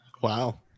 Wow